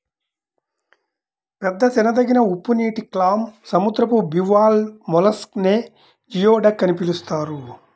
పెద్ద తినదగిన ఉప్పునీటి క్లామ్, సముద్రపు బివాల్వ్ మొలస్క్ నే జియోడక్ అని పిలుస్తారు